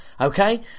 Okay